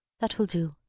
that will do.